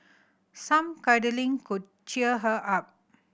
some cuddling could cheer her up